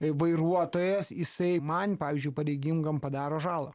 vairuotojas jisai man pavyzdžiui pareigingam padaro žalą